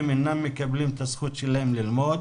אינם מקבלים את הזכות שלהם ללמוד.